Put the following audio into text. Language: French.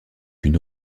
une